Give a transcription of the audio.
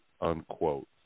unquote